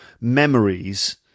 memories